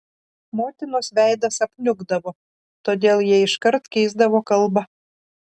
motinos veidas apniukdavo todėl jie iškart keisdavo kalbą